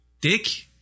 dick